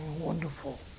wonderful